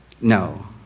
No